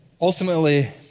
Ultimately